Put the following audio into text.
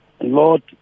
Lord